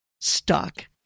stuck